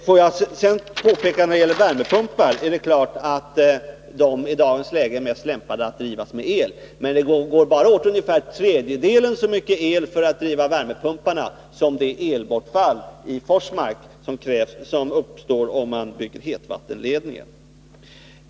Får jag påpeka beträffande värmepumpar att de i dagens läge är mest lämpade att drivas med el, men det går bara åt ungefär en tredjedel så mycket el för att driva värmepumparna som det elbortfall som uppstår i Forsmark, om man bygger hetvattenledningen.